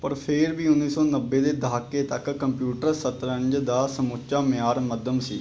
ਪਰ ਫੇਰ ਵੀ ਉੱਨੀ ਸੌ ਨੱਬੇ ਦੇ ਦਹਾਕੇ ਤੱਕ ਕੰਪਿਊਟਰ ਸ਼ਤਰੰਜ ਦਾ ਸਮੁੱਚਾ ਮਿਆਰ ਮੱਧਮ ਸੀ